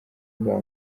bwa